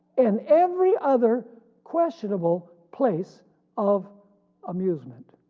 and every other questionable place of amusement.